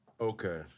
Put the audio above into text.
Okay